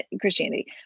Christianity